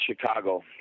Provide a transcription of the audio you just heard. Chicago